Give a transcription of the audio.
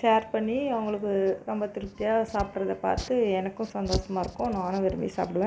share பண்ணி அவங்களுக்கு ரொம்ப திருப்தியாக சாப்புடுறத பார்த்து எனக்கும் சந்தோசமாக இருக்கும் நானும் விரும்பி சாப்பிடுவேன்